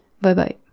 Bye-bye